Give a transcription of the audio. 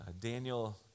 Daniel